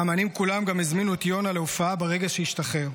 האומנים כולם גם הזמינו את יונה להופעה ברגע שישתחרר.